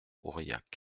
aurillac